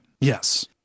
Yes